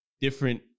different